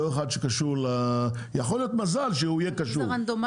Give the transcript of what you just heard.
אולי במזל הוא יהיה קשור לסוכן.